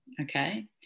okay